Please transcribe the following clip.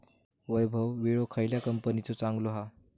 वैभव विळो खयल्या कंपनीचो चांगलो हा?